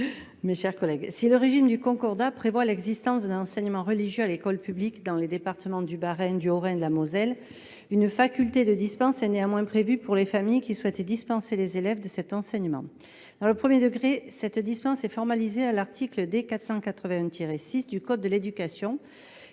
Mes chers collègues, si le régime du Concordat prévoit l'existence d'un enseignement religieux à l'école publique dans les départements du Bahrein, du Horrain, de la Moselle, une faculté de dispense est néanmoins prévue pour les familles qui souhaitaient dispenser les élèves de cet enseignement. Dans le premier degré, cette dispense est formalisée à l'article D 481-6 du Code de l'éducation,